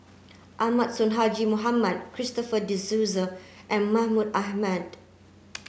Ahmad Sonhadji Mohamad Christopher De Souza and Mahmud Ahmad